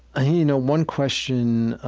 you know, one question